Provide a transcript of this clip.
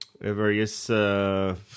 various